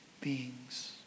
beings